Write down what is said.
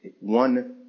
one